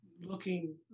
looking